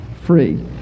free